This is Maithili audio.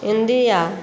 इण्डिया